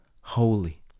holy